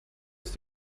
ist